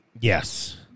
Yes